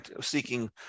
seeking